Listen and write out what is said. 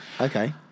Okay